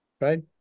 right